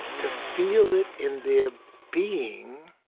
to feel it in their being,